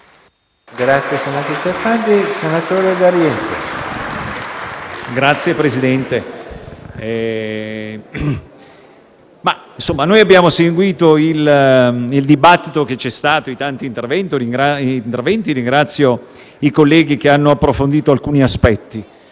Signor Presidente, abbiamo seguito il dibattito e i tanti interventi. Ringrazio i colleghi che hanno approfondito alcuni aspetti,